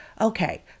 Okay